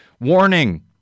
warning